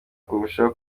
kurushaho